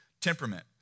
Temperament